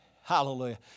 Hallelujah